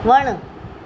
वणु